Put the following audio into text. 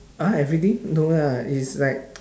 ah everything no lah it's like